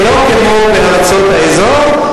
שלא כמו בארצות האזור.